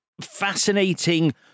fascinating